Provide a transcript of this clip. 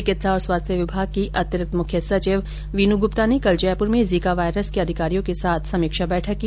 चिकित्सा और स्वास्थ्य विभाग की अतिरिक्त मुख्य सचिव वीन् गुप्ता ने कल जयपुर में जीका वायरस के अधिकारियों के साथ समीक्षा की